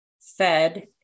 fed